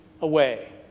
away